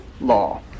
law